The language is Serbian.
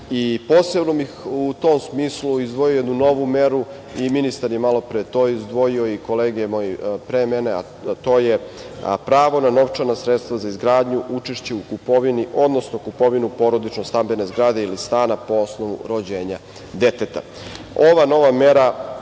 podršku. Posebno bih u tom smislu izdvojio jednu novu meru, i ministar je malopre to izdvojio i kolege moje pre mene, a to je pravo na novčana sredstva za izgradnju, učešće u kupovini, odnosno kupovinu porodično stambene zgrade ili stana po osnovu rođenja deteta. Ova